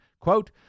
Quote